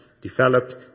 developed